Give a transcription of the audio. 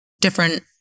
different